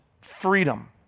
freedom